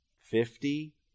Fifty